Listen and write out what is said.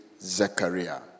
Zechariah